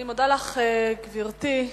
אני מודה לך, גברתי.